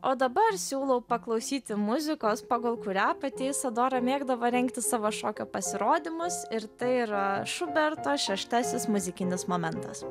o dabar siūlau paklausyti muzikos pagal kurią pati isadora mėgdavo rengti savo šokio pasirodymus ir tai yra šuberto šeštasis muzikinis momentas